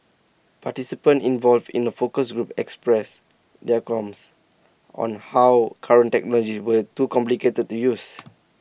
participants involved in the focus groups expressed their qualms on how current technologies were too complicated to use